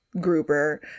gruber